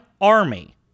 army